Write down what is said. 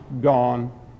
gone